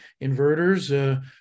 inverters